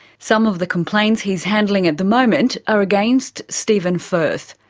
some of the complaints he's handling at the moment are against stephen firth,